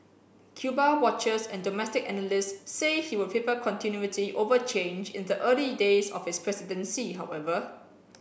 Cuba watchers and domestic analysts say he will favor continuity over change in the early days of his presidency however